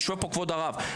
יושב פה כבוד הרב,